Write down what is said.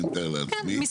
אני מתאר לעצמי.